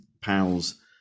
pals